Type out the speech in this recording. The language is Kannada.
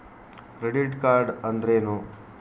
ಕ್ರೆಡಿಟ್ ಕಾರ್ಡ್ ಅಂದ್ರೇನು?